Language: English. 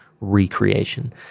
recreation